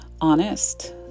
honest